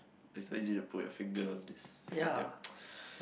it's not easy to put your finger on this uh yup